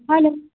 hello